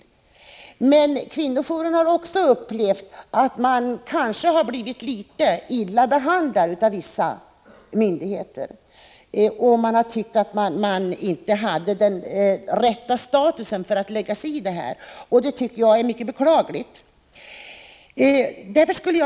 Men de som arbetar på kvinnojourerna har ibland upplevt att de blivit illa behandlade av vissa myndigheter, som tyckt att kvinnojourerna inte haft den rätta statusen för att lägga sig i dessa frågor. Det tycker jag är mycket beklagligt.